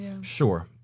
Sure